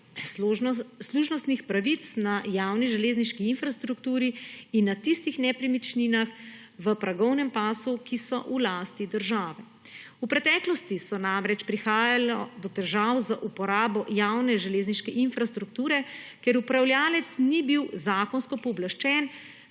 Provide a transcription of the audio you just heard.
služnostnih pravic na javni železniški infrastrukturi in na tistih nepremičninah v progovnem pasu, ki so v lasti države. V preteklosti je namreč prihajalo do težav z uporabo javne železniške infrastrukture, kjer upravljavec ni bil zakonsko pooblaščen,